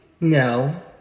No